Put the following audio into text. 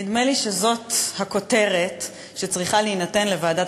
נדמה לי שזאת הכותרת שצריכה להינתן לוועדת